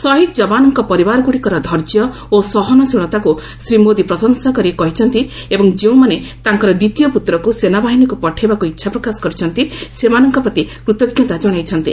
ଶହୀଦ ଯବାନଙ୍କ ପରିବାରଗୁଡ଼ିକର ଧୈର୍ଯ୍ୟ ଓ ସହସନଶୀଳତାକୁ ଶ୍ରୀ ମୋଦି ପ୍ରଶଂସା କରିଛନ୍ତି ଏବଂ ଯେଉଁମାନେ ତାଙ୍କର ଦ୍ୱିତୀୟ ପୁତ୍ରକୁ ସେନାବାହିନୀକୁ ପଠାଇବାକୁ ଇଚ୍ଛାପ୍ରକାଶ କରିଛନ୍ତି ସେମାନଙ୍କ ପ୍ରତି କୃତଞ୍ଜତା ଜଣାଇଛନ୍ତି